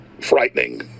frightening